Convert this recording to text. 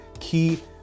key